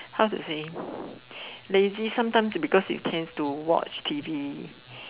how to say lazy sometimes because you tends to watch T_V